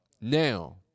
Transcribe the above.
Now